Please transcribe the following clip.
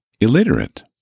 illiterate